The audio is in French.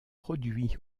produits